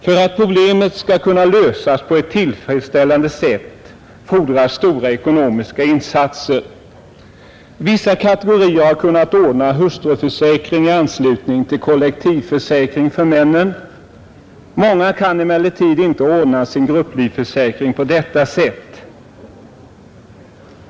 För att problemet skall kunna lösas på ett tillfredsställande sätt fordras stora ekonomiska insatser. Vissa kategorier har kunnat ordna hustruförsäkring i anslutning till kollektivförsäkring för männen. Många kan emellertid inte ordna sin grupplivförsäkring på detta sätt.